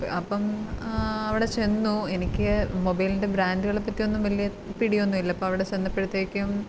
അപ്പോള് അവിടെ ചെന്നു എനിക്ക് മൊബൈലിൻ്റെ ബ്രാൻഡുകളെപ്പറ്റിയൊന്നും വലിയ പിടിയൊന്നുമുല്ല അപ്പോഴവിടെ ചെന്നപ്പോഴത്തേക്കും